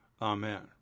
Amen